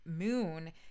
moon